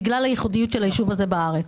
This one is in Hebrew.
בגלל הייחודיות של היישוב הזה בארץ.